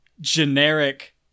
generic